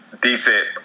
decent